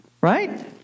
right